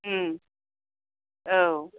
ओम औ